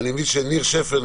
ניר שפר,